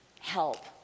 help